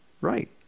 Right